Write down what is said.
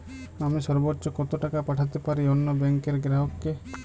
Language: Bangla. আমি সর্বোচ্চ কতো টাকা পাঠাতে পারি অন্য ব্যাংক র গ্রাহক কে?